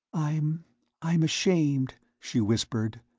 i'm i'm ashamed, she whispered.